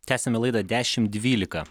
tęsiame laidą dešimt dvylika